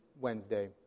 Wednesday